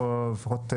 אנחנו לפחות,